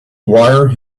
wire